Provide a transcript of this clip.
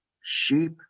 sheep